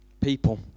people